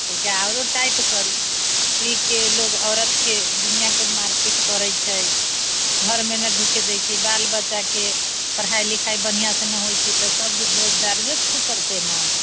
तनिका आओरो टाइट करू पीके लोग औरतके दुनिआके मारिपीट करै छै घरमे नहि ढुके दै छै बाल बच्चाके पढ़ाइ लिखाइ बढ़िआँसँ नहि होइ छै तऽ सभ दऽ दारुवेके चलते ने